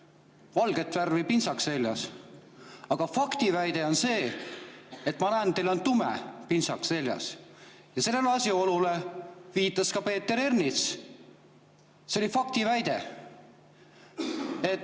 valget värvi pintsak seljas. Aga faktiväide on see: ma näen, et teil on tume pintsak seljas. Sellele asjaolule viitas ka Peeter Ernits. See oli faktiväide.